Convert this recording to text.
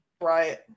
Right